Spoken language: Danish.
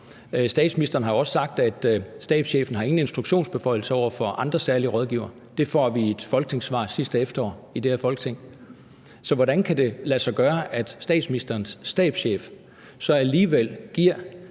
Statsministeren har jo også sagt, at stabschefen ingen instruktionsbeføjelser har over for andre særlige rådgivere. Det får vi i et folketingssvar sidste efterår i det her Folketing. Så hvordan kan det lade sig gøre, at statsministerens